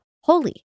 holy